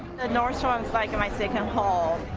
nordstrom is like my second home.